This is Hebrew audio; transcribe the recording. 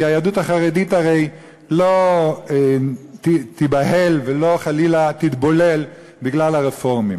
כי היהדות החרדית הרי לא תיבהל ולא חלילה תתבולל בגלל הרפורמים.